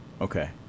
Okay